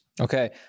Okay